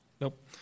Nope